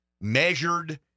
measured